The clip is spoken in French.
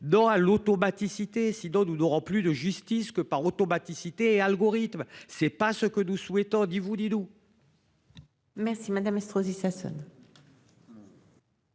dans à l'automaticité. Nous n'aurons plus de justice que par automaticité algorithmes c'est pas ce que nous souhaitons dit vous Didou. Merci madame Estrosi Sassone.